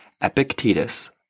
Epictetus